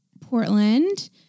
Portland